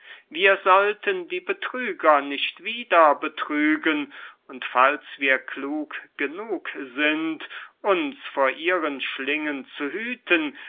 wir sollten die betrüger nicht wieder betrügen und falls wir klug genug sind uns vor ihren schlingen zu hüten